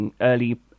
early